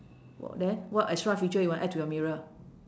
wha~ then what extra feature you want add to your mirror